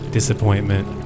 Disappointment